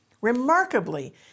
Remarkably